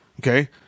Okay